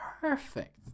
Perfect